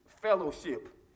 fellowship